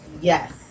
Yes